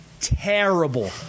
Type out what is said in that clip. Terrible